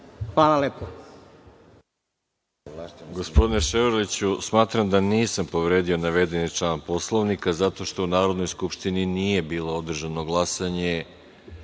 Hvala lepo.